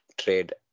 trade